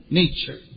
nature